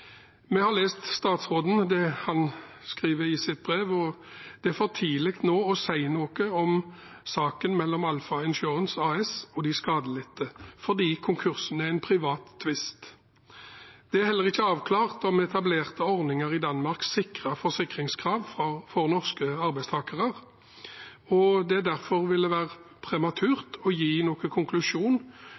Vi har lest det statsråden skriver i sitt brev, og det er for tidlig å si noe om saken mellom Alpha Insurance AS og de skadelidte, fordi konkursen er en privat tvist. Det er heller ikke avklart om etablerte ordninger i Danmark sikrer forsikringskrav for norske arbeidstakere, og det vil derfor være prematurt å komme med noen konklusjon